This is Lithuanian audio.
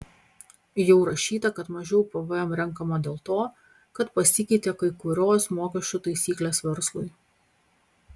jau rašyta kad mažiau pvm renkama dėl to kad pasikeitė kai kurios mokesčių taisyklės verslui